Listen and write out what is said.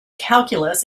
calculus